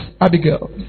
Abigail